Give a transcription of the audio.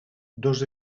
dos